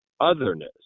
otherness